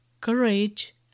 Courage